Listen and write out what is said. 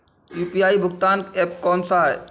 UPI भुगतान app कौन सा है?